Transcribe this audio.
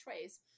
choice